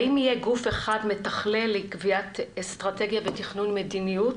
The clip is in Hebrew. האם יהיה גוף אחד מתכלל לקביעת אסטרטגיה ותכנון מדיניות,